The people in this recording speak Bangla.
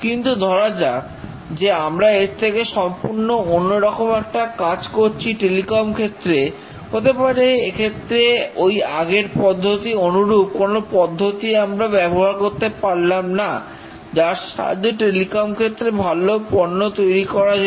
কিন্তু ধরা যাক যে আমরা এর থেকে সম্পূর্ণ অন্যরকম একটা কাজ করছি টেলিকম ক্ষেত্রে হতে পারে এক্ষেত্রে ওই আগের পদ্ধতির অনুরূপ কোন পদ্ধতি আমরা ব্যবহার করতে পারলাম না যার সাহায্যে টেলিকম ক্ষেত্রে ভালো পণ্য তৈরি করা যেত